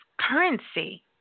currency